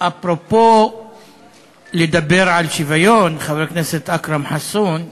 אפרופו לדבר על שוויון, חבר הכנסת אכרם חסון,